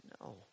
No